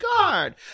guard